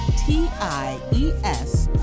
T-I-E-S